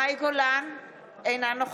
סמי אבו